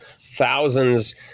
thousands